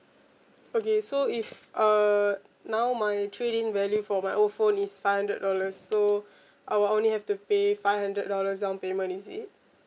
okay so if uh now my trade in value for my old phone is five hundred dollars so I will only have to pay five hundred dollars downpayment is it